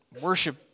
worship